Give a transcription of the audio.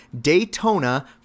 daytona